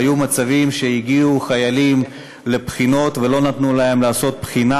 היו מצבים שחיילים הגיעו לבחינות ולא נתנו להם לעשות בחינה,